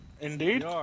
Indeed